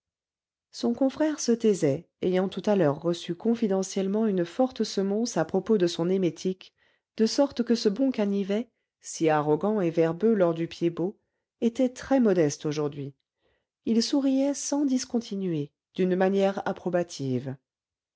son confrère se taisait ayant tout à l'heure reçu confidentiellement une forte semonce à propos de son émétique de sorte que ce bon canivet si arrogant et verbeux lors du pied-bot était très modeste aujourd'hui il souriait sans discontinuer d'une manière approbative